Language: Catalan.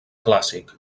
clàssic